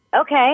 Okay